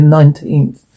19th